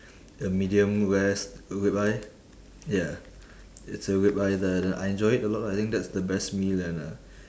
a medium rare s~ ribeye ya it's a ribeye there then I enjoy it a lot lah I think that's the best meal and uh